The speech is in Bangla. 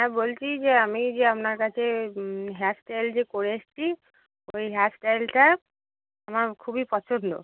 হ্যাঁ বলছি যে আমি যে আপনার কাছে হেয়ার স্টাইল যে করে এসছি ওই হেয়ারস্টাইলটা আমার খুবই পছন্দ